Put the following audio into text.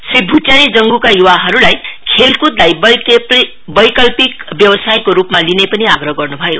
श्री भुटियाले जंगुका युवाहरूलाई खेलक्दलाई वैकल्पिक व्यवसायको रूपमा लिने पनि आग्रह गर्न् भयो